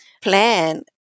plan